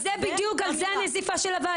על זה הנזיפה של הוועדה.